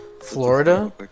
Florida